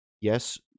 yes